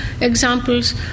examples